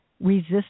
resist